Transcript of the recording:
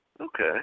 Okay